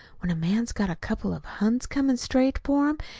when a man's got a couple of huns coming straight for him,